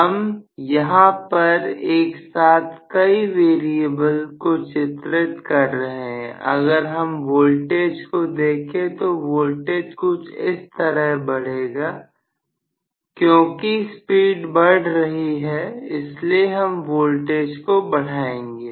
हम यहां पर एक साथ कई वेरिएबल को चित्रित कर रहे हैं अगर हम वोल्टेज को देखें तो वोल्टेज कुछ इस तरह बढ़ेगा क्योंकि स्पीड बढ़ रही है इसलिए हम वोल्टेज को बढ़ाएंगे